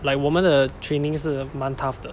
like 我们的 training 是蛮 tough 的